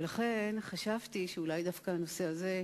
ולכן חשבתי שאולי דווקא הנושא הזה,